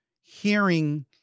hearing